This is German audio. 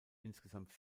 insgesamt